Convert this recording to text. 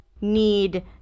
need